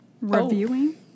Reviewing